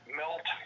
melt